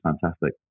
fantastic